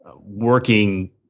working